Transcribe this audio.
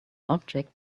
object